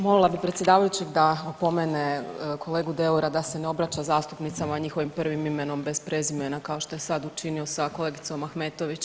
Molila bi predsjedavajućeg da opomene kolegu Deura da se ne obraća zastupnicima njihovim prvim imenom bez prezimena kao što je sad učinio sa kolegicom Ahmetović.